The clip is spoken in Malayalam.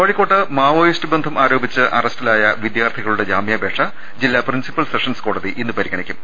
കോഴിക്കോട് മാവോയിസ്റ്റ് ബന്ധം ആരോപിച്ച് അറസ്റ്റിലായ വിദ്യാർത്ഥികളുടെ ജാമ്യാപേക്ഷ ജില്ലാ പ്രിൻസിപ്പൽ സെഷൻസ് കോടതി ഇന്ന് പരിഗണിക്കും